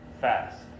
fast